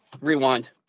Rewind